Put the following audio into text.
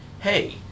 hey